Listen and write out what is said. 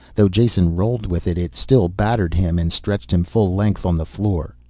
though jason rolled with it, it still battered him and stretched him full length on the floor.